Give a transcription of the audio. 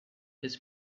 his